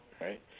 right